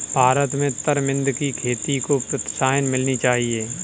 भारत में तरमिंद की खेती को प्रोत्साहन मिलनी चाहिए